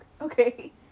okay